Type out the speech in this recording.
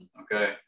okay